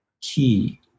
key